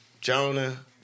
Jonah